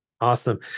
Awesome